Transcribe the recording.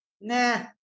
Nah